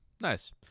Nice